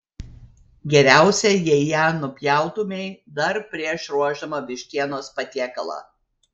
geriausia jei ją nupjautumei dar prieš ruošdama vištienos patiekalą